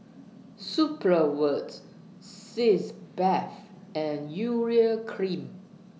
Supravit Sitz Bath and Urea Cream